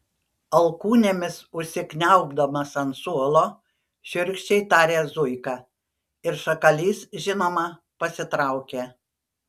alkūnėmis užsikniaubdamas ant suolo šiurkščiai tarė zuika ir šakalys žinoma pasitraukė